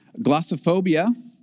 glossophobia